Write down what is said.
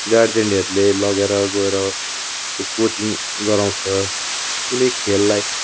गार्जेनहरूले लगेर गएर त्यो कोचिङ गराउँछ कुनै खेललाई